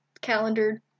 calendar